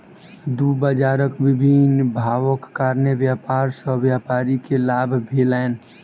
दू बजारक भिन्न भावक कारणेँ व्यापार सॅ व्यापारी के लाभ भेलैन